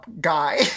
guy